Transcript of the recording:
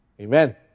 Amen